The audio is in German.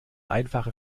einfache